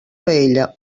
paella